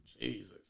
Jesus